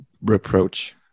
reproach